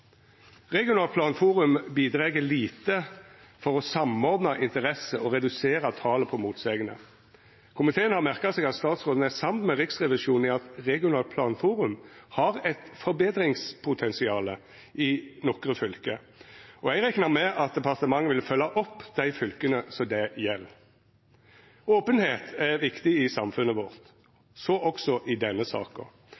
planforum bidreg lite for å samordna interesser og redusera talet på motsegner. Komiteen har merka seg at statsråden er samd med Riksrevisjonen i at regionalt planforum har eit forbetringspotensial i nokre fylke. Eg reknar med at departementet vil følgja opp dei fylka det gjeld. Openheit er viktig i samfunnet vårt,